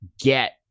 get